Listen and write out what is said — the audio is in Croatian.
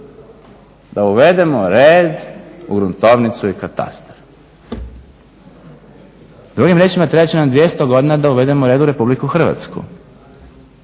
da uvedemo red u gruntovnicu i katastar. Drugim riječima trebat će nam 200 godina da uvedemo red u RH.